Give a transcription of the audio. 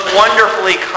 wonderfully